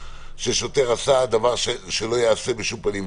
ששוטר עשה דבר שלא ייעשה בשום פנים ואופן,